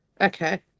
Okay